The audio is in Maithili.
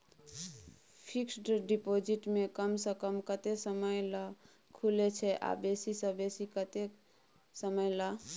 फिक्सड डिपॉजिट कम स कम कत्ते समय ल खुले छै आ बेसी स बेसी केत्ते समय ल?